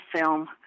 film